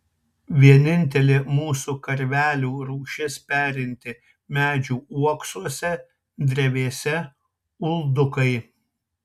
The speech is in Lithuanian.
vienintelė mūsų karvelių rūšis perinti medžių uoksuose drevėse uldukai